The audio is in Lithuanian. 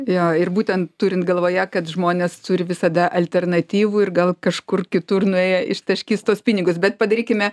jo ir būtent turint galvoje kad žmonės turi visada alternatyvų ir gal kažkur kitur nuėję ištaškys tuos pinigus bet padarykime